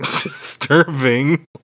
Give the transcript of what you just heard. disturbing